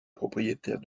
propriétaire